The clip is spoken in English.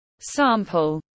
sample